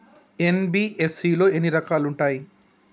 NBFC లో ఎన్ని రకాలు ఉంటాయి?